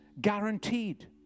guaranteed